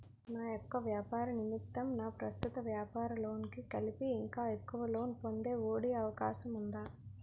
నా యెక్క వ్యాపార నిమిత్తం నా ప్రస్తుత వ్యాపార లోన్ కి కలిపి ఇంకా ఎక్కువ లోన్ పొందే ఒ.డి అవకాశం ఉందా?